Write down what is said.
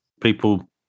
People